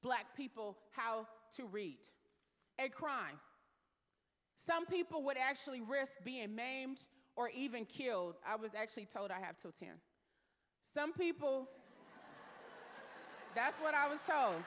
black people how to read a crime some people would actually risk being maimed or even killed i was actually told i have to some people that's what i was